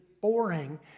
boring